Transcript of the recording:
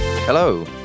Hello